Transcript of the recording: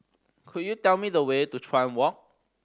could you tell me the way to Chuan Walk